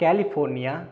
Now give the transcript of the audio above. California